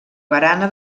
barana